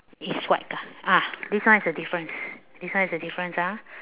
it's white ah this one is a difference this one is a difference ah